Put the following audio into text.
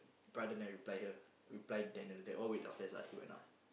brother never reply her reply Daniel they all wait downstairs ah he went up